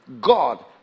God